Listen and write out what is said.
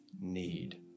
need